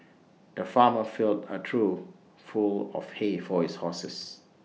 the farmer filled A true full of hay for his horses